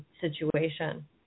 situation